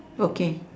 okay